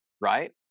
Right